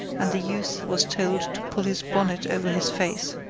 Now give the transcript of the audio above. and the youth was told to pull his bonnet over his face.